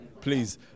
Please